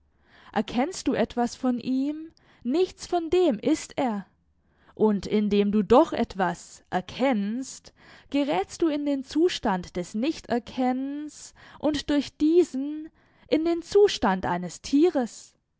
erkennst du etwas von ihm nichts von dem ist er und indem du doch etwas erkennst gerätst du in den zustand des nichterkennens und durch diesen in den zustand eines tieres